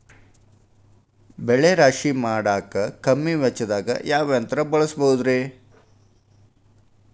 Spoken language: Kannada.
ಬೆಳೆ ರಾಶಿ ಮಾಡಾಕ ಕಮ್ಮಿ ವೆಚ್ಚದಾಗ ಯಾವ ಯಂತ್ರ ಬಳಸಬಹುದುರೇ?